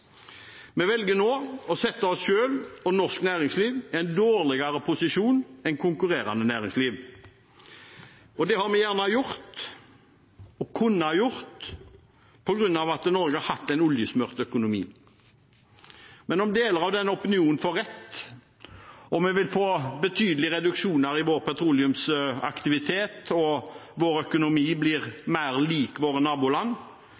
Vi velger nå å sette oss selv og norsk næringsliv i en dårligere posisjon enn konkurrerende næringsliv. Det har vi gjort, og kunnet gjøre, på grunn av det at Norge har hatt en oljesmurt økonomi. Men om deler av den opinionen får rett, og vi får betydelige reduksjoner i vår petroleumsaktivitet, og vår økonomi blir mer lik våre